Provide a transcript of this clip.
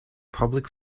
public